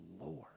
Lord